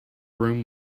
room